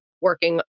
working